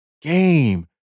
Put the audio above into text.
game